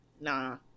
nah